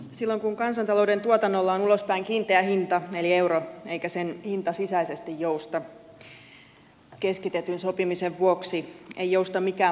silloin kun kansantalouden tuotannolla on ulospäin kiinteä hinta eli euro eikä sen hinta sisäisesti jousta keskitetyn sopimisen vuoksi ei jousta mikään muu kuin työttömyys